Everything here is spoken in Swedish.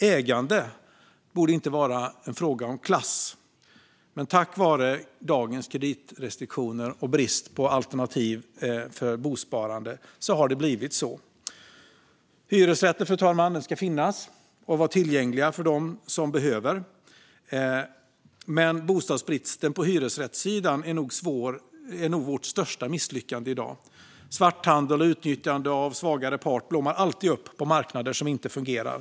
Ägande borde inte vara en fråga om klass, men på grund av dagens kreditrestriktioner och brist på alternativ för bosparande har det blivit så. Hyresrätter ska finnas, fru talman, och vara tillgängliga för dem som behöver, men bostadsbristen på hyresrättssidan är nog vårt största misslyckande i dag. Svarthandel och utnyttjande av en svagare part blommar alltid upp på marknader som inte fungerar.